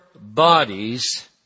bodies